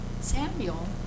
Samuel